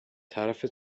طرف